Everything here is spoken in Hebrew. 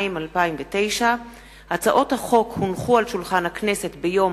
2009. הצעות החוק הונחו על שולחן הכנסת ביום